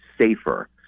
safer